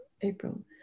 April